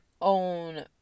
own